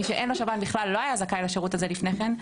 מי שאין לו שב"ן בכלל לא היה זכאי לשירות הזה לפני כן,